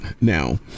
Now